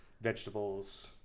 vegetables